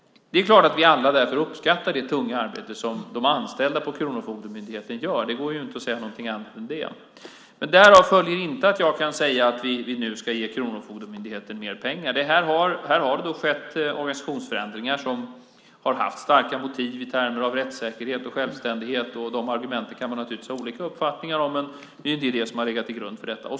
Det är klart att vi alla därför uppskattar det tunga arbete som de anställda på Kronofogdemyndigheten gör; det går ju inte att säga någonting annat än det. Men därav följer inte att jag kan säga att vi nu ska ge Kronofogdemyndigheten mer pengar. Här har det skett organisationsförändringar som har haft starka motiv i termer av rättssäkerhet och självständighet. De argumenten kan man naturligtvis ha olika uppfattningar om, men det är ändå det som har legat till grund för detta.